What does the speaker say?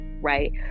right